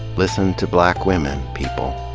listen to black women, people.